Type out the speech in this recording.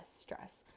stress